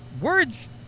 words